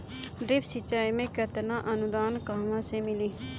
Drip सिंचाई मे केतना अनुदान कहवा से मिली?